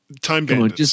time